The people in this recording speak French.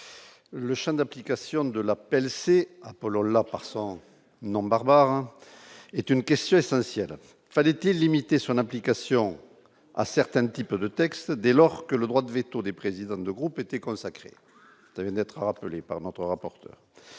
le Champ d'application de la peine, c'est un peu leur la part sans nom barbare est une question essentielle : fallait-il limiter son application à certaines petit peu de texte dès lors que le droit de véto des présidents de groupe était consacré